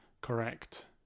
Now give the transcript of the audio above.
Correct